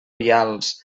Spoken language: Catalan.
vials